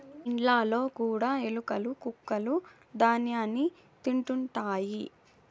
ఇండ్లలో కూడా ఎలుకలు కొక్కులూ ధ్యాన్యాన్ని తింటుంటాయి